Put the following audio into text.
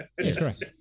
Yes